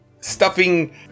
stuffing